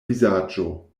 vizaĝo